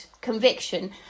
conviction